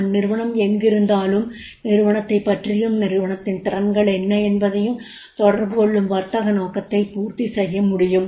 அந்நிறுவனம் எங்கு இருந்தாலும் நிறுவனத்தைப் பற்றியும் நிறுவனத்தின் திறன்கள் என்ன என்பதையும் தொடர்பு கொள்ளும் வர்த்தக நோக்கத்தை பூர்த்தி செய்ய முடியும்